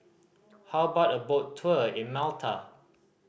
how about a boat tour in Malta